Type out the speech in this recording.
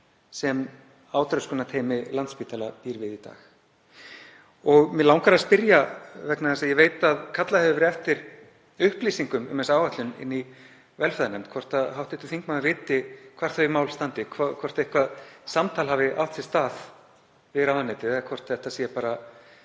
sem átröskunarteymi Landspítala býr við í dag. Mig langar að spyrja, vegna þess að ég veit að kallað hefur verið eftir upplýsingum um þessa áætlun í velferðarnefnd, hvort hv. þingmaður viti hvar þau mál standa, hvort eitthvert samtal hafi átt sér stað við ráðuneytið eða hvort þetta sé bara